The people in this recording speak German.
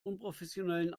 unprofessionellen